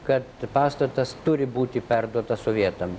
kad pastatas turi būti perduotas sovietam